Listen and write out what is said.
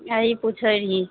ई पुछली